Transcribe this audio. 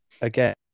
again